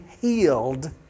healed